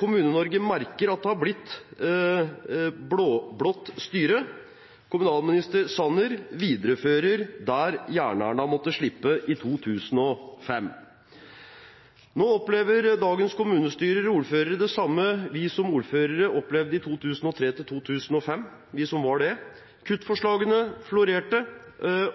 Kommune-Norge merker at det har blitt blå-blått styre, kommunalminister Sanner viderefører der Jern-Erna måtte slippe i 2005. Nå opplever dagens kommunestyrer og ordførere det samme vi som ordførere opplevde i 2003–2005 – vi som var det. Kuttforslagene florerte,